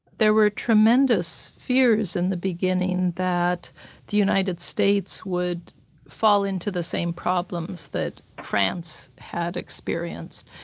there were tremendous fears in the beginning that the united states would fall into the same problems that france had experienced.